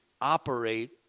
operate